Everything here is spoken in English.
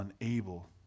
unable